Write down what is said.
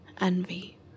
envy